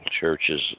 churches